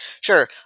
sure